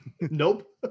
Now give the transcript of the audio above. Nope